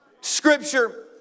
Scripture